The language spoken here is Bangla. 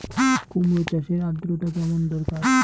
কুমড়ো চাষের আর্দ্রতা কেমন দরকার?